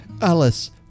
Alice